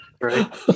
Right